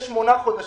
יש שמונה חודשים.